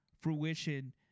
fruition